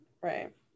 right